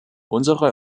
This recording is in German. unsere